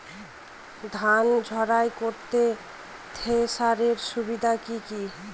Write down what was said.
ধান ঝারাই করতে থেসারের সুবিধা কি কি?